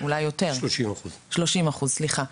30%. 30%, סליחה.